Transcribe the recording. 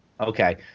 Okay